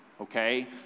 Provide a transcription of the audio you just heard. okay